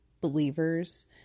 believers